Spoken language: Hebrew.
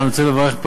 אני רוצה לברך פה,